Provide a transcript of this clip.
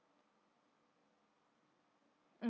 mm